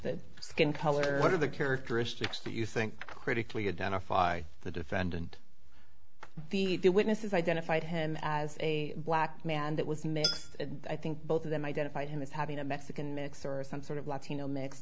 the skin color what are the characteristics that you think critically a done afai the defendant the witnesses identified him as a black man that was mixed i think both of them identified him as having a mexican mix or some sort of latino mix